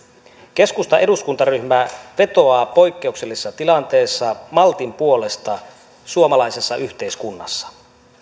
keskustan eduskuntaryhmä vetoaa poikkeuksellisessa tilanteessa maltin puolesta suomalaisessa yhteiskunnassa